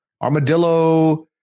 Armadillo